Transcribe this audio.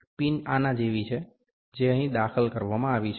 pin આના જેવી છે જે અહીં દાખલ કરવામાં આવી છે